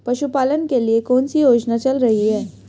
पशुपालन के लिए कौन सी योजना चल रही है?